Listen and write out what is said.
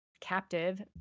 captive